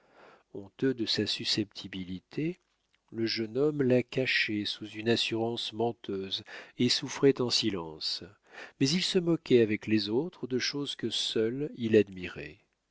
honteux de sa susceptibilité le jeune homme la cachait sous une assurance menteuse et souffrait en silence mais il se moquait avec les autres de choses que seul il admirait